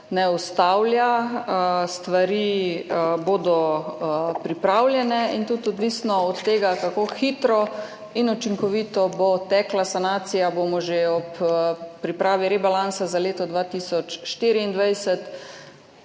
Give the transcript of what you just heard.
ne ustavljata. Stvari bodo pripravljene in tudi odvisno od tega, kako hitro in učinkovito bo tekla sanacija, bomo že ob pripravi rebalansa za leto 2024